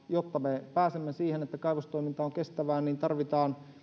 jotta pääsemme siihen että kaivostoiminta on kestävää tarvitaan